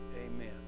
amen